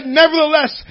nevertheless